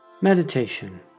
Meditation